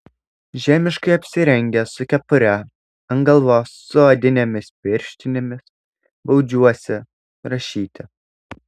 žiemiškai apsirengęs su kepure ant galvos su odinėm pirštinėm baudžiuosi rašyti